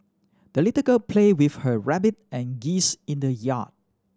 the little girl played with her rabbit and geese in the yard